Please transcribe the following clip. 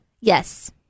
Yes